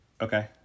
Okay